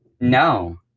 No